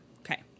okay